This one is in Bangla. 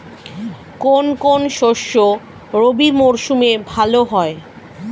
কোন কোন শস্য রবি মরশুমে ভালো হয়?